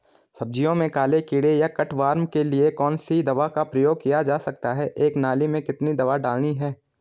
सब्जियों में काले कीड़े या कट वार्म के लिए कौन सी दवा का प्रयोग किया जा सकता है एक नाली में कितनी दवा डालनी है?